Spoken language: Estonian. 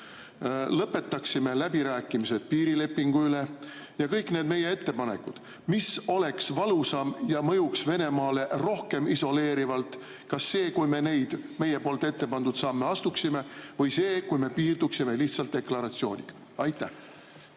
lõpetaksime läbirääkimised piirilepingu üle ja kõik need meie ettepanekud? Mis oleks valusam ja mõjuks Venemaale rohkem isoleerivalt – kas see, kui me meie ettepandud samme astuksime, või see, kui me piirduksime lihtsalt deklaratsiooniga? Aitäh,